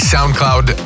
SoundCloud